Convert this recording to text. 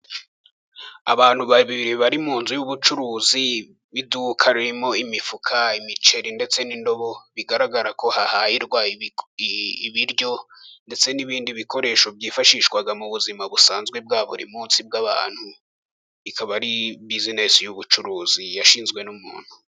Abantu babiri bari munzu y'ubucuruzi bw'iduka ririmo imifuka, imiceri ndetse n'indobo, bigaragara ko hahahirwa ibiryo ndetse n'ibindi bikoresho byifashishwa mu buzima busanzwe bwa buri munsi bw'abantu. Ikaba ari bizinesi y'ubucuruzi yashinzwe n'umuntu.